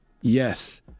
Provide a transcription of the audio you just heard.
Yes